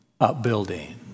upbuilding